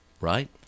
Right